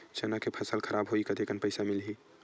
चना के फसल खराब होही कतेकन पईसा मिलही?